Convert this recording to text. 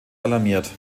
alarmiert